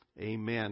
Amen